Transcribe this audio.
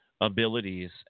abilities